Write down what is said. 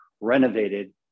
renovated